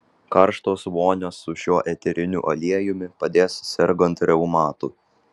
karštos vonios su šiuo eteriniu aliejumi padės sergant reumatu